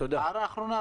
הערה אחרונה.